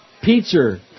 Pizza